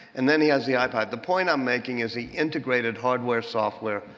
and then he has the ipod. the point i'm making is he integrated hardware, software,